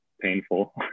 painful